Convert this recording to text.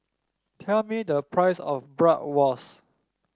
tell me the price of Bratwurst